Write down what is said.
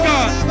God